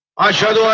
i should